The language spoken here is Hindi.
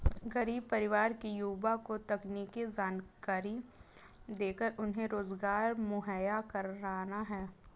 गरीब परिवार के युवा को तकनीकी जानकरी देकर उन्हें रोजगार मुहैया कराना है